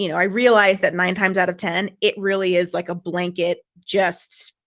you know i realized that nine times out of ten, it really is like a blanket, just,